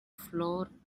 floor